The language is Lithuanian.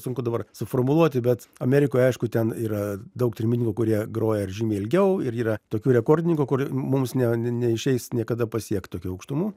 sunku dabar suformuluoti bet amerikoje aišku ten yra daug trimitininkų kurie groja ir žymiai ilgiau ir yra tokių rekordininkų kur mums ne neišeis niekada pasiekt tokių aukštumų